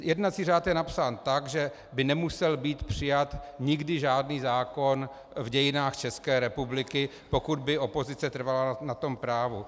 Jednací řád je napsán tak, že by nemusel být přijat nikdy žádný zákon v dějinách České republiky, pokud by opozice na tom právu trvala.